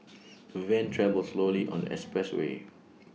the van travelled slowly on the expressway